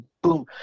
Boom